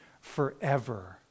forever